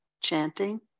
chanting